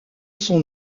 son